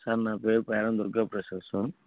sir నా పేరు Peram Durgaprasad sir